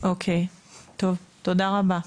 תודה רבה.